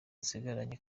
nsigaranye